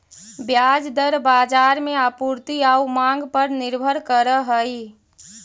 ब्याज दर बाजार में आपूर्ति आउ मांग पर निर्भर करऽ हइ